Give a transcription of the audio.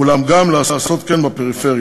אולם לעשות כן גם בפריפריה.